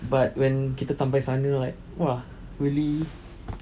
but when kita sampai sana like !wah! really